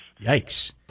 Yikes